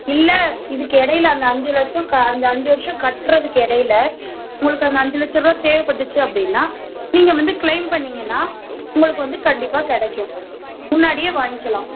இல்லை இதற்கெடையில அந்த அஞ்சு லட்சம் க அந்த அஞ்சு வருஷம் கட்டுறதுக்கு இடையில உங்களுக்கு அந்த அஞ்சு லட்சரூவா தேவைப்பட்டுச்சி அப்படின்னா நீங்கள் வந்து க்ளைம் பண்ணீங்கன்னா உங்களுக்கு வந்து கண்டிப்பாக கிடைக்கும் முன்னாடியே வாங்கிக்கலாம்